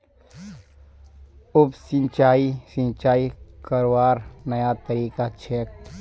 उप सिंचाई, सिंचाई करवार नया तरीका छेक